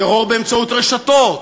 טרור באמצעות רשתות,